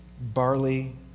barley